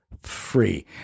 free